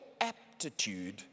aptitude